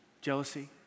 jealousy